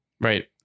Right